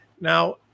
now